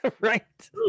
right